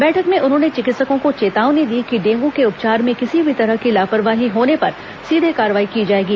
बैठक में उन्होंने चिकित्सकों को चेतावनी दी कि डेंगू के उपचार में किसी भी तरह की लापरवाही होने पर सीधे कार्रवाई की जाएगी